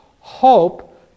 hope